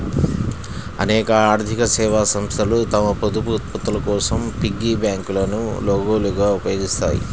అనేక ఆర్థిక సేవా సంస్థలు తమ పొదుపు ఉత్పత్తుల కోసం పిగ్గీ బ్యాంకులను లోగోలుగా ఉపయోగిస్తాయి